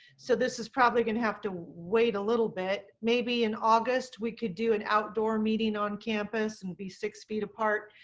so this is probably going to have to wait a little bit. maybe in august, we could do an outdoor meeting on campus and be six feet apart.